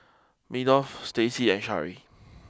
Meadow Stacy and Shari